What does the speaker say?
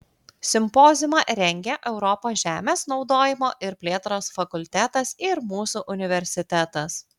simpoziumą rengė europos žemės naudojimo ir plėtros fakultetas ir mūsų universitetas